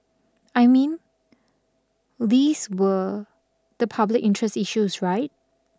I mean these were the public interest issues right